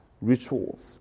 Rituals